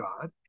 God